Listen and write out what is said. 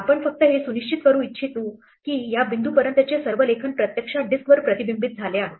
आपण फक्त हे सुनिश्चित करू इच्छितो की या बिंदूपर्यंतचे सर्व लेखन प्रत्यक्षात डिस्कवर प्रतिबिंबित झाले आहे